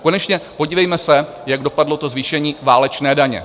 Konečně podívejme se, jak dopadlo to zvýšení válečné daně.